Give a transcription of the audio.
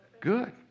good